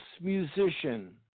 musician